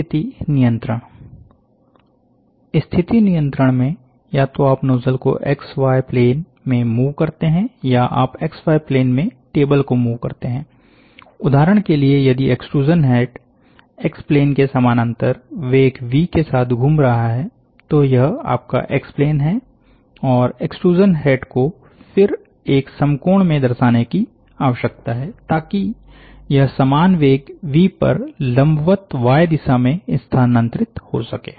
स्थिति नियंत्रण स्थिति नियंत्रण में या तो आप नोजल को एक्स वाय प्लेन में मूव करते हैं या आप एक्स वाय प्लेनमें टेबल को मूव करते हैं उदाहरण के लिए अगर यदि एक्सट्रूशन हेड एक्स प्लेन के समानांतर वेग वी के साथ घूम रहा है तो यह आपका एक्स प्लेन है और एक्सट्रूशन हेड को फिर एक समकोण में दर्शाने की आवश्यकता है ताकि यह समान वेग वी पर लंबवत वाय दिशा में स्थानांतरित हो सके